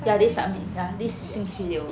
ya this sat~ ya this 星期六